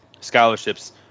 scholarships